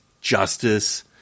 justice